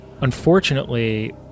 Unfortunately